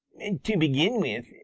to begin with,